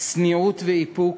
צניעות ואיפוק,